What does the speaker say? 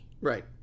Right